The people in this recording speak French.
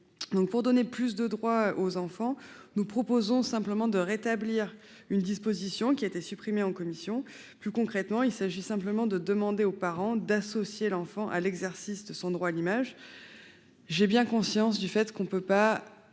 de donner plus de droits aux enfants, nous proposons de rétablir une disposition qui a été supprimée en commission. Plus concrètement, il s'agit de demander aux parents d'associer l'enfant à l'exercice de son droit à l'image. J'ai bien conscience que l'on ne peut pas